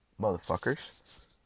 motherfuckers